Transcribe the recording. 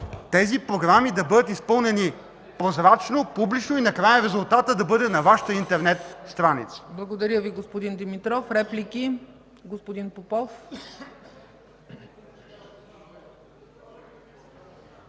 тези програми да бъдат изпълнени прозрачно, публично и накрая резултатът да бъде на Вашата интернет страница. ПРЕДСЕДАТЕЛ ЦЕЦКА ЦАЧЕВА: Благодаря Ви, господин Димитров. Реплики? Господин Попов.